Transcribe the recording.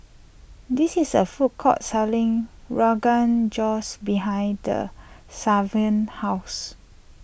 this is a food court selling Rogan Joshs behind Savon's house